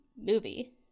movie